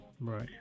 Right